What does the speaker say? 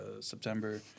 September